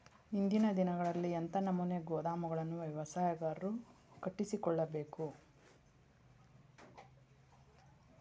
ಇಂದಿನ ದಿನಗಳಲ್ಲಿ ಎಂಥ ನಮೂನೆ ಗೋದಾಮುಗಳನ್ನು ವ್ಯವಸಾಯಗಾರರು ಕಟ್ಟಿಸಿಕೊಳ್ಳಬೇಕು?